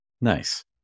nice